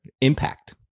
impact